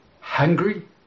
hungry